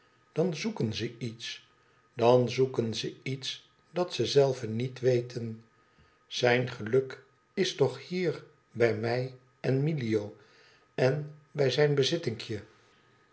dan zoeken ze iets dan zoeken ze iets dat ze zelve niet weten zijn geluk is toch hier bij mij en bij milio en bij zijn bezittinkje